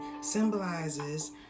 symbolizes